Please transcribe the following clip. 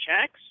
checks